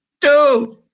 Dude